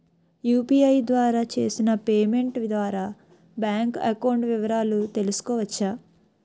UPI ద్వారా చేసిన payment ద్వారా బ్యాంక్ అకౌంట్ వివరాలు తెలుసుకోవచ్చ?